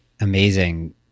amazing